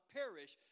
perish